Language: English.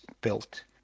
built